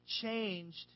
changed